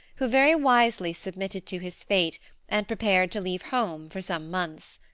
who very wisely submitted to his fate and prepared to leave home for some months.